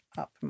up